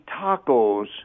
tacos